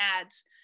ads